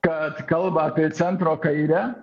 kad kalba apie centro kairę